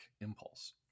impulse